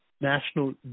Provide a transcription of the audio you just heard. National